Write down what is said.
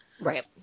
Right